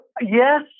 yes